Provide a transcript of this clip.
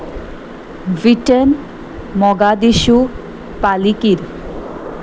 विटन Mogadishu Palikir